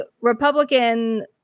Republican